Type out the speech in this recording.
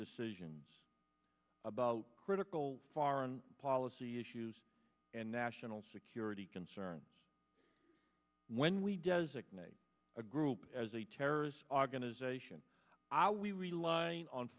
decisions about critical foreign policy issues and national security concerns when we designate a group as a terrorist organization i we rely